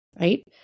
right